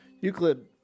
euclid